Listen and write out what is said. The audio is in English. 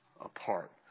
apart